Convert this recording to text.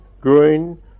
Green